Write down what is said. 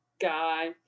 guy